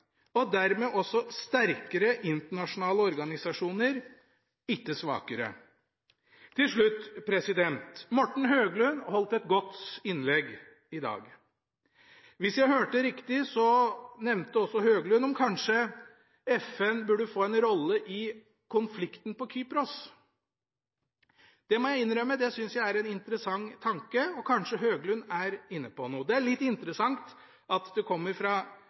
og dermed også sterkere internasjonale organisasjoner, ikke svakere. Til slutt: Morten Høglund holdt et godt innlegg i dag. Hvis jeg hørte riktig, nevnte Morten Høglund at FN kanskje burde få en rolle i konflikten på Kypros. Det må jeg innrømme at jeg synes er en interessant tanke. Kanskje Morten Høglund er inne på noe. Det er litt interessant at det kommer fra